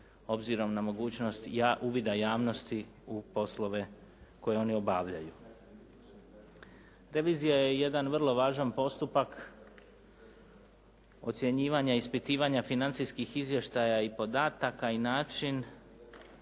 obzirom na mogućnost uvida javnosti u poslove koje oni obavljaju. Revizija je jedan vrlo važan postupak ocjenjivanja ispitivanja financijskih izvještaja i podataka i način